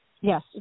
Yes